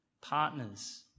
partners